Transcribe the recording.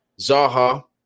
Zaha